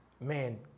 man